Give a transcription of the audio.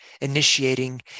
initiating